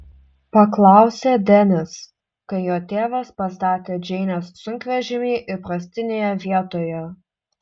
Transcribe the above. paklausė denis kai jo tėvas pastatė džeinės sunkvežimį įprastinėje vietoje